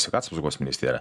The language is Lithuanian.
sveikatos apsaugos ministerija